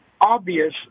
obvious